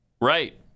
Right